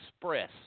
Express